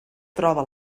troba